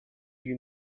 you